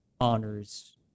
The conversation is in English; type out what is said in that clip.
honors